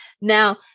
Now